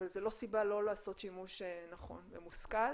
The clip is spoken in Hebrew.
אבל זה לא סיבה לא לעשות שימוש נכון ומושכל.